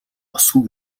ёсгүй